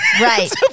Right